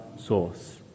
source